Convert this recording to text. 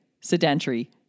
Sedentary